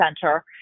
Center